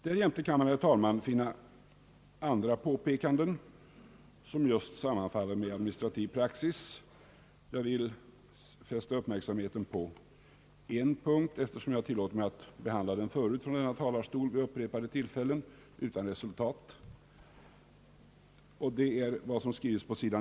Därjämte, herr talman, kan man finna andra påpekanden som sammanfaller med administrativ praxis. Jag vill fästa uppmärksamheten på en punkt, eftersom jag tillåtit mig att behandla den förut från denna talarstol vid upprepade tillfällen utan resultat. Det gäller vad som står på sid.